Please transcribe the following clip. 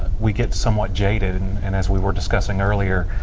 we get somewhat jaded. and as we were discussing earlier,